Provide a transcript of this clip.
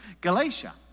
Galatia